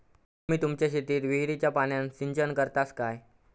तुम्ही तुमच्या शेतीक विहिरीच्या पाण्यान सिंचन करतास काय?